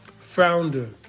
founder